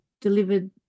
delivered